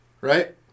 Right